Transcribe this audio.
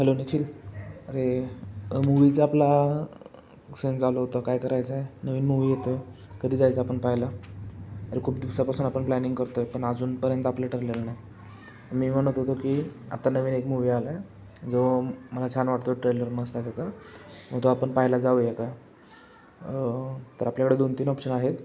hello Nikhil अरे मूवीचं आपला सेंड झालं होतं काय करायचं आहे नवीन मूवी येतोय कधी जायचं आपण पाहायला अरे खूप दिवसापासून आपण प्लॅनिंग करतो आहे पण अजूनपर्यंत आपलं ठरलेलं नाही मी म्हणत होतो की आता नवीन एक मूव्ही आला आहे जो मला छान वाटतो ट्रेलर मस्त आहे त्याचा मग तो आपण पाहायला जाऊया का तर आपल्याकडे दोन तीन ऑप्शन आहेत